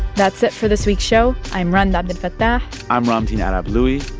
that's it for this week's show. i'm rund abdelfatah i'm ramtin arablouei.